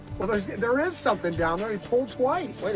well, there is there is something down there. he pulled twice. wait